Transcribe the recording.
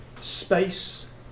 space